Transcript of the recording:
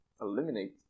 eliminate